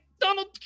Donald